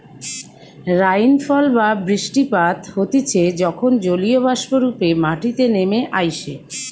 rainfall বা বৃষ্টিপাত হতিছে যখন জলীয়বাষ্প রূপে মাটিতে নেমে আইসে